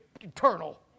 eternal